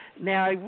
Now